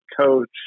coach